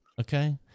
okay